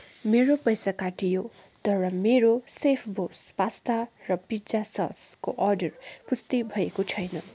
मेरो पैसा काटियो तर मेरो सेफबोस पास्ता र पिज्जा ससको अर्डर पुष्टि भएको छैन